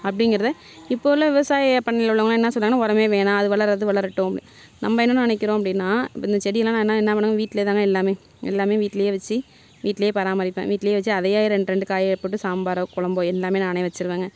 அப்படிங்குறத இப்போது உள்ள விவசாய பண்ணையில் உள்ளவக என்ன சொல்கிறாங்க அப்படினா உரமே வேணாம் அது வளர்றது வளரட்டும் நம்ம என்ன நினைக்கிறோம் அப்படினா இப்போ இந்த செடியெல்லாம் என்ன பண்ணலாம் வேணும்னா வீட்டில் தாங்க எல்லாம் எல்லாம் வீட்டில் வச்சு வீட்டுலயே பராமரிப்பேன் வீட்டுலே வச்சு அதையே ரெண்டுரெண்டு காயை போட்டு சாம்பாரோ குழம்போ எல்லாம் நான் வச்சுருவங்க